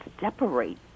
separate